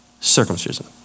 circumcision